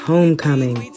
Homecoming